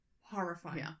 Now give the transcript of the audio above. horrifying